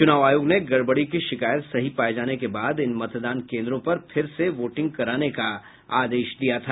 चूनाव आयोग ने गड़बड़ी की शिकायत सही पाये जाने के बाद इन मतदान केंद्रों पर फिर से वोटिंग कराने का आदेश दिया था